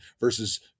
versus